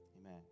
Amen